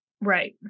right